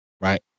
Right